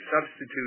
substitute